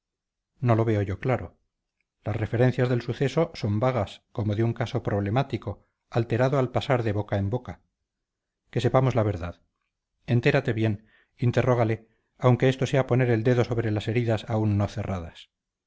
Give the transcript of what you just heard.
no lo veo yo claro las referencias del suceso son vagas como de un caso problemático alterado al pasar de boca en boca que sepamos la verdad entérate bien interrógale aunque esto sea poner el dedo sobre las heridas aún no cerradas